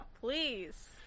Please